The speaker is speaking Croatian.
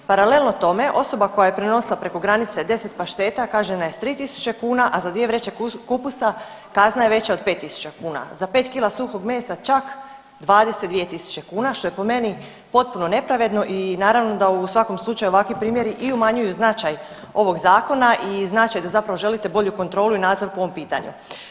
Paralelno tome osoba koja je prenosila preko granice 10 pašteta kažnjena s 3.000 kuna, a za 2 vreće kupusa kazna je veća od 5.000 kuna, za 5 kila suhog mesa čak 22.000 kuna što je po meni potpuno nepravedno i naravno da u svakom slučaju ovakvi primjeri i umanjuju značaj ovog zakona i značaj da zapravo želite bolju kontrolu i nadzor po ovom pitanju.